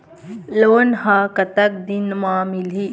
Loan ह कतक दिन मा मिलही?